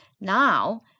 Now